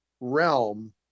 realm